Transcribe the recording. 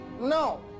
No